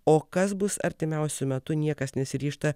o kas bus artimiausiu metu niekas nesiryžta